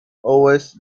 always